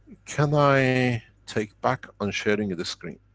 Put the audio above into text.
can i take back on sharing the screen?